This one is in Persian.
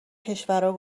کشورا